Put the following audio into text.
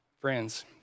friends